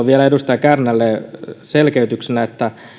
vielä edustaja kärnälle selkeytyksenä että